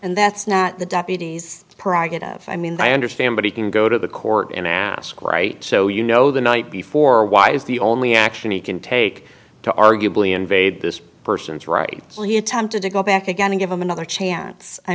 and that's not the deputy's prerogative i mean i understand but he can go to the court and ask right so you know the night before why is the only action he can take to arguably invade this person's right where he attempted to go back again to give them another chance i